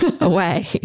away